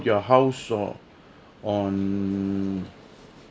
your house oh on